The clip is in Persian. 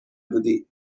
بودی